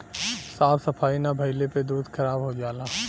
साफ सफाई ना भइले पे दूध खराब हो जाला